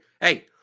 hey